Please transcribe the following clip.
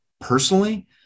personally